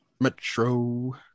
Metro